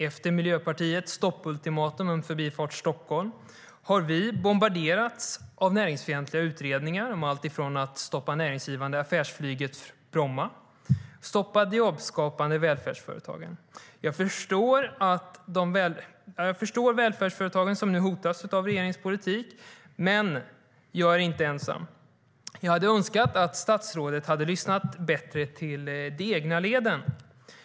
Efter Miljöpartiets stoppultimatum om Förbifart Stockholm har vi bombarderats med näringsfientliga utredningar om alltifrån att stoppa det näringsgivande affärsflyget från Bromma till att stoppa det jobbskapande välfärdsföretagandet. Jag förstår de välfärdsföretag som nu hotas av regeringens politik. Men jag är inte ensam. Jag hade önskat att statsrådet hade lyssnat bättre till de egna leden.